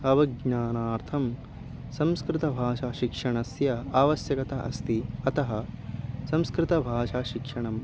अवज्ञानार्थं संस्कृतभाषाशिक्षणस्य आवश्यकता अस्ति अतः संस्कृतभाषा शिक्षणम्